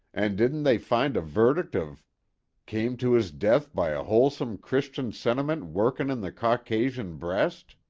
and didn't they find a verdict of came to is death by a wholesome christian sentiment workin in the caucasian breast'?